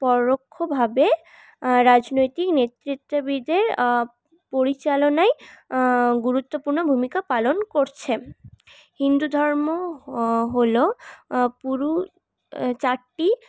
পরোক্ষভাবে রাজনৈতিক নেতৃত্ববিদের পরিচালনায় গুরুত্বপূর্ণ ভূমিকা পালন করছে হিন্দুধর্ম হলো পুরো চারটি